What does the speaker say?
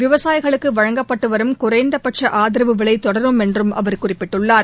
விவசாயிகளுக்கு வழங்கப்பட்டுவரும் குறைந்தபட்ச ஆதரவு விலை தொடரும் என்றும் அவர் கூறினார்